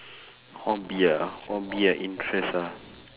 hobby ah hobby ah interest ah